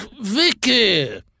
Vicky